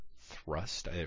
thrust